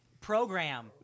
Program